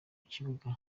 kibuga